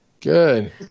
Good